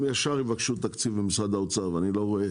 הם מייד יבקשו תקציב ממשרד האוצר, ואני לא רואה